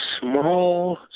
small